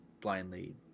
blindly